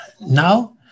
Now